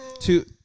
Two